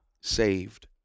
saved